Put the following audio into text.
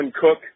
Cook